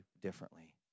differently